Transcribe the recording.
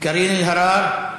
קארין אלהרר,